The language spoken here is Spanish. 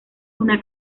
una